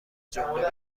جمله